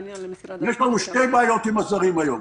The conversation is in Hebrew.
יש לנו שתי בעיות עם השרים היום,